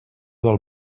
del